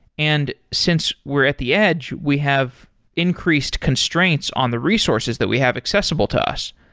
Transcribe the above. and since we're at the edge, we have increased constraints on the resources that we have accessible to us.